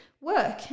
work